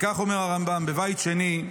כך אומר הרמב"ם: "בבית שני,